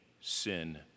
sin